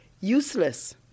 useless